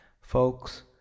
Folks